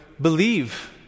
believe